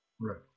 Right